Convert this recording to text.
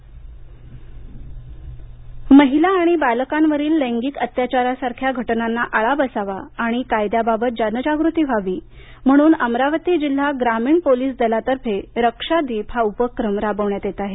अमरावती रक्षादीप प्रकल्प महिला आणि बालकांवरील लैंगिक अत्याचारासारख्या घटनांना आळा बसावा आणि कायद्यांबाबत जनजागृती व्हावी म्हणून अमरावती जिल्हा ग्रामीण पोलीस दलातर्फे रक्षादीप उपक्रम राबविण्यात येत आहे